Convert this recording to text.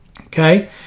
Okay